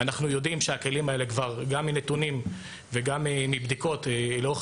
אנחנו יודעים גם מנתונים וגם מבדיקות לאורך